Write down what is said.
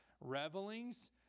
revelings